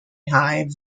high